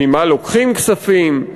ממה לוקחים כספים,